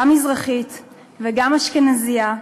גם מזרחית וגם אשכנזייה.